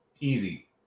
Easy